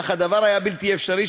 אך הדבר היה בלתי אפשרי,